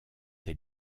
des